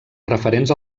referents